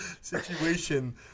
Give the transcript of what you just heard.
situation